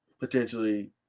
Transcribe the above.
potentially